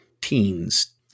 teens